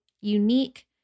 unique